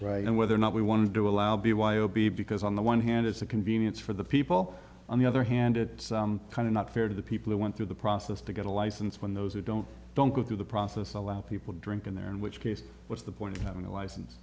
right and whether or not we want to do allow b y o b because on the one hand it's a convenience for the people on the other hand it kind of not fair to the people who went through the process to get a license when those who don't don't go through the process allow people to drink in there in which case what's the point of having a license